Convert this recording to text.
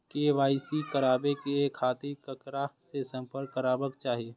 KYC कराबे के खातिर ककरा से संपर्क करबाक चाही?